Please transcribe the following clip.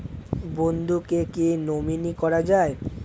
বন্ধুকে কী নমিনি করা যায়?